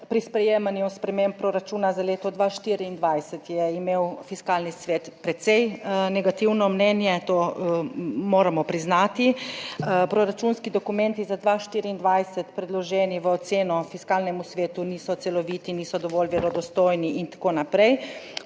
pri sprejemanju sprememb proračuna za leto 2024 je imel fiskalni svet precej negativno mnenje, to moramo priznati. Proračunski dokumenti za 2024, predloženi v oceno Fiskalnemu svetu, niso celoviti, niso dovolj verodostojni in tako naprej.